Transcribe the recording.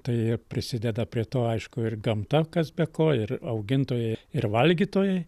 tai prisideda prie to aišku ir gamta kas be ko ir augintojai ir valgytojai